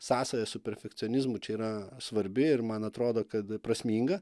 sąsaja su perfekcionizmu čia yra svarbi ir man atrodo kad prasminga